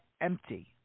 empty